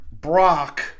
Brock